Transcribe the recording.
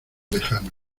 lejano